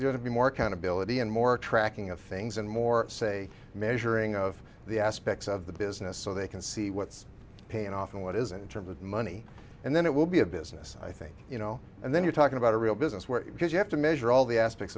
year to be more accountability and more tracking of things and more say measuring of the aspects of the business so they can see what's payoff and what isn't in terms of money and then it will be a business i think you know and then you're talking about a real business where because you have to measure all the aspects